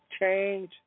change